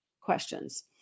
questions